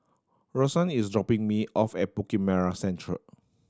Rosann is dropping me off at Bukit Merah Central